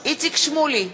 איציק שמולי,